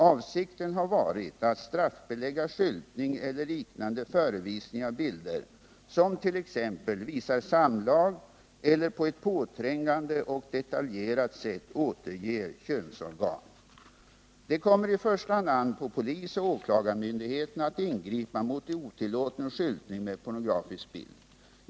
Avsikten har varit att straffbelägga skyltning eller liknande förevisning av bilder som t.ex. visar samlag eller på ett påträngande och detaljerat sätt återger könsorgan. Det kommer i första hand an på polisoch åklagarmyndigheterna att ingripa mot otillåten skyltning med pornografisk bild.